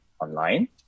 online